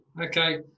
okay